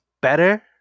better